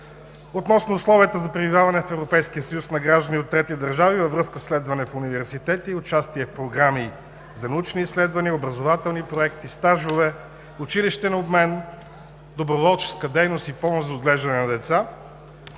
относно условията за пребиваване в Европейския съюз на граждани от трети държави във връзка със следване в университети, участие в програми за научни изследвания, образователни проекти, стажове, училищен обмен, доброволческа дейност и помощ за отглеждане на деца,